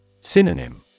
Synonym